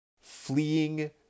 fleeing